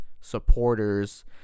supporters